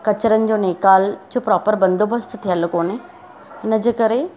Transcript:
कचिरनि जो नेकाल जो प्रोपर बंदोबस्तु थियलु कोन्हे इनजे करे